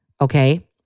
okay